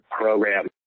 program